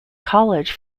college